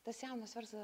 tas jaunas versla